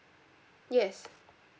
yes